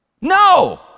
No